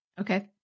Okay